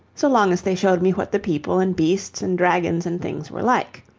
so long as they showed me what the people and beasts and dragons and things were like.